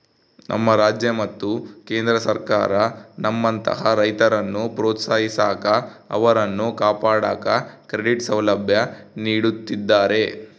ನಮ್ಮ ರಾಜ್ಯ ಮತ್ತು ಕೇಂದ್ರ ಸರ್ಕಾರ ನಮ್ಮಂತಹ ರೈತರನ್ನು ಪ್ರೋತ್ಸಾಹಿಸಾಕ ಅವರನ್ನು ಕಾಪಾಡಾಕ ಕ್ರೆಡಿಟ್ ಸೌಲಭ್ಯ ನೀಡುತ್ತಿದ್ದಾರೆ